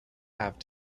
have